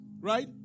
Right